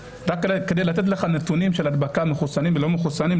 לתת לך נתונים על הדבקה של מחוסנים ולא-מחוסנים,